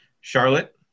charlotte